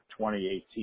2018